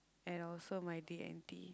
and also my D-and-T